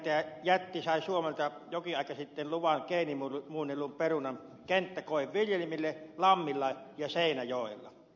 saksalainen kemikaalijätti sai suomelta jokin aika sitten luvan geenimuunnellun perunan kenttäkoeviljelmille lammilla ja seinäjoella